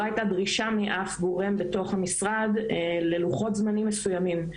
הייתה דרישה מאף גורם בתוך המשרד ללוחות זמנים מסוימים.